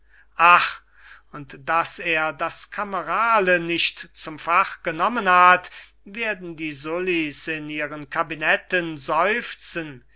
und daß er das kamerale nicht zum fach genommen hat werden die sully's in ihren kabinetten seufzen